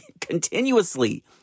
continuously